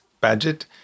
budget